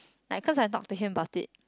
like cause I talk to him about it